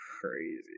crazy